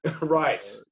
Right